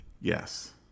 Yes